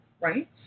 right